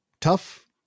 tough